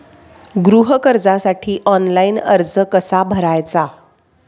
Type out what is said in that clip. गृह कर्जासाठी ऑनलाइन अर्ज कसा भरायचा?